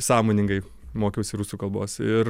sąmoningai mokiausi rusų kalbos ir